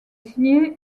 signé